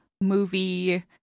movie